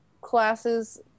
classes